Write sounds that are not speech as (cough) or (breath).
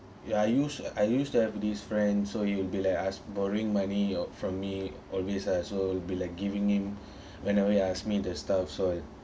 ya I used I used to have this friend so he'll be like ask borrowing money from me always ah so I will be like giving him (breath) whenever he ask me the stuff so on